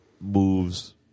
moves